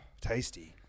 tasty